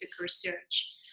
research